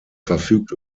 verfügt